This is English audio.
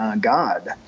God